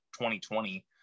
2020